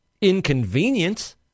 inconvenience